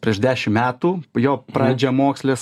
prieš dešim metų jo pradžiamokslės